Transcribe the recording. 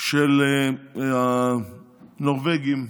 של הנורבגים,